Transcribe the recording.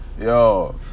Yo